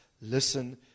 listen